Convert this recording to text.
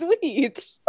sweet